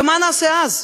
ומה נעשה אז?